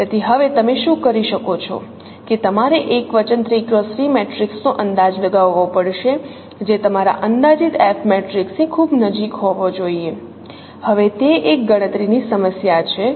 તેથી હવે તમે શું કરી શકો છો કે તમારે એકવચન 3x3 મેટ્રિક્સનો અંદાજ લગાવવો પડશે જે તમારા અંદાજિત F મેટ્રિક્સની ખૂબ નજીક હોવો જોઈએ હવે તે એક ગણતરીની સમસ્યા છે